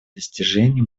достижения